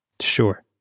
Sure